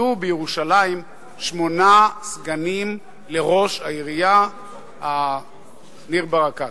יהיו בירושלים שמונה סגנים לראש העירייה ניר ברקת,